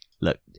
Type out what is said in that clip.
Look